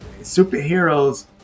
superheroes